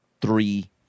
three